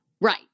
Right